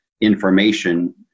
information